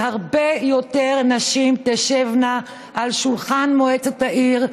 שהרבה יותר נשים תשבנה על שולחן מועצת העיר,